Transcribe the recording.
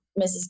Mrs